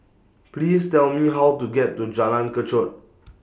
Please Tell Me How to get to Jalan Kechot